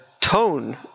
tone